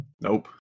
nope